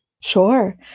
Sure